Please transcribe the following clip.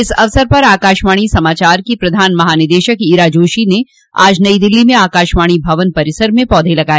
इस अवसर पर आकाशवाणी समाचार की प्रधान महानिदेशक ईरा जोशी ने आज नई दिल्ली में आकाशवाणी भवन परिसर में पौधे लगाए